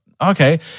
okay